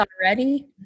already